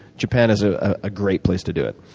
japan is a ah great place to do it.